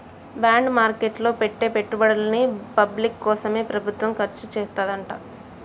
bond market లో పెట్టే పెట్టుబడుల్ని పబ్లిక్ కోసమే ప్రభుత్వం ఖర్చుచేత్తదంట